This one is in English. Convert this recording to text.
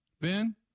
Ben